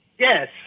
Yes